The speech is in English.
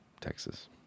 Texas